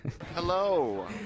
Hello